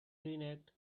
reenact